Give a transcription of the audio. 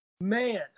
man